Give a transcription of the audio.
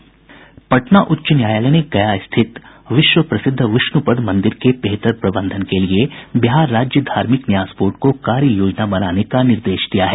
पटना उच्च न्यायालय ने गया स्थित विश्व प्रसिद्ध विष्णूपद मंदिर के बेहतर प्रबंधन के लिए बिहार राज्य धार्मिक न्यास बोर्ड को कार्य योजना बनाने का निर्देश दिया है